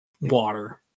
water